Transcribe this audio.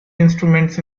instruments